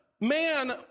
man